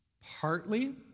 Partly